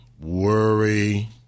worry